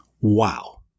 Wow